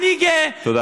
תודה רבה.